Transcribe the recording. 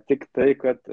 tiktai kad